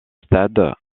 stade